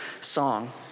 song